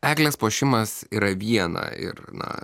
eglės puošimas yra viena ir na